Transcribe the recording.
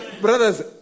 Brothers